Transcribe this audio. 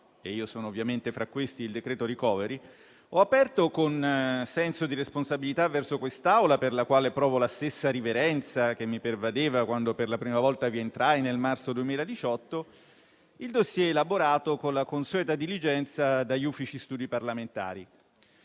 e io ovviamente sono tra questi - il decreto *recovery*), ho aperto, con senso di responsabilità verso quest'Assemblea (per la quale provo la stessa riverenza che mi pervadeva quando, per la prima volta, vi entrai nel marzo 2018), il *dossier* elaborato con la consueta diligenza dagli Uffici studi parlamentari.